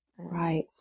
Right